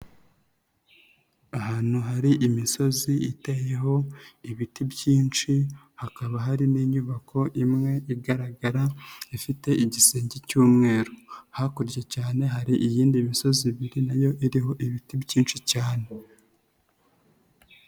Ahantu hari imisozi iteyeho ibiti byinshi, hakaba hari n'inyubako imwe igaragara ifite igisenge cy'umweru. Hakurya cyane hari iyindi misozi ibiri nayo iriho ibiti byinshi cyane.